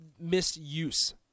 misuse